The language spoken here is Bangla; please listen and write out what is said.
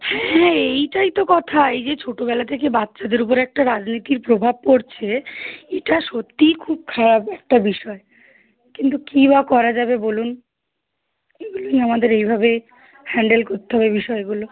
হ্যাঁ এইটাই তো কথা এই যে ছোটোবেলা থেকে বাচ্চাদের উপরে একটা রাজনীতির প্রভাব পড়ছে এটা সত্যিই খুব খারাপ একটা বিষয় কিন্তু কী বা করা যাবে বলুন এগুলো নিয়ে আমাদের এইভাবে হ্যান্ডেল করতে হবে বিষয়গুলো